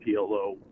PLO